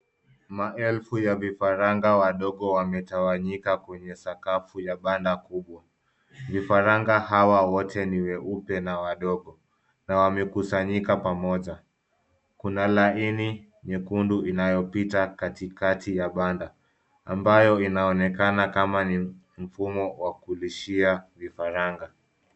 Maelfu ya vifaranga wadogo wametawanyika kwenye sakafu ya banda kubwa . Vifaranga hawa wote ni weupe na wadogo na wamekusanyika pamoja . Kuna laini nyekundu inayopita katikati ya banda ambayo inaonekana kama ni mfumo wa kulishia vifaranga.